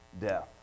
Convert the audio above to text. death